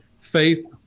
faith